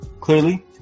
Clearly